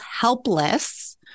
helpless